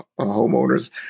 homeowners